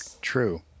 True